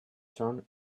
son